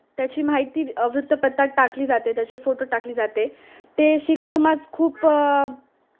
त्याची माहिती वृत्तपत्रात टाकली जाते त्याचे फोटो टाकली जाते ते शीख समाज खूप